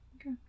Okay